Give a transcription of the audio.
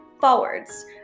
forwards